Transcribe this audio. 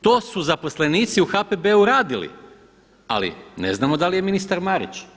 To su zaposlenici u HPB-u radili, ali ne znamo da li je ministar Marić.